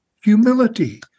humility